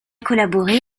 collaboré